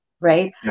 right